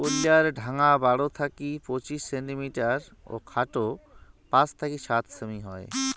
কইল্লার ঢাঙা বারো থাকি পঁচিশ সেন্টিমিটার ও খাটো পাঁচ থাকি সাত সেমি হই